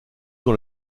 dans